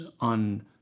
on